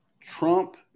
Trump